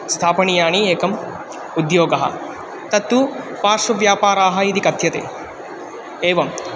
स्थापनीयानि एकम् उद्योगं तत्तु पार्श्वव्यापाराः इति कथ्यते एवम्